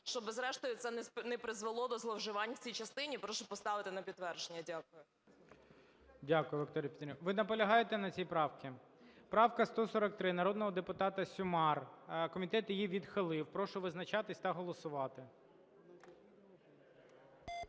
Щоби зрештою це не призвело до зловживань в цій частині, прошу поставити на підтвердження. Дякую. ГОЛОВУЮЧИЙ. Дякую, Вікторія Петрівна. Ви наполягаєте на цій правці? Правка 143 народного депутата Сюмар. Комітет її відхилив. Прошу визначатися та голосувати.